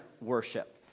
worship